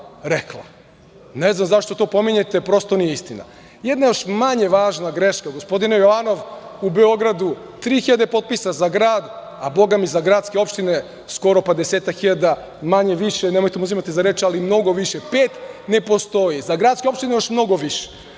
Ne znam zašto to pominjete, prosto nije istina. Jedna još manje važna greška, gospodine Jovanov, u Beogradu 3.000 potpisa za grad, a bogami za gradske opštine skoro 10.000, manje-više, nemojte me uzimati za reč, ali mnogo više. Pet ne postoji, za gradske opštine mnogo više.